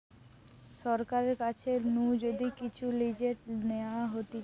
সরকারের কাছ নু যদি কিচু লিজে নেওয়া হতিছে